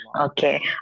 Okay